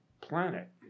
planet